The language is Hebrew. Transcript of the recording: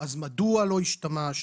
מדוע לא השתמשת?